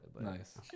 Nice